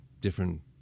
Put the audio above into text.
different